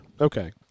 Okay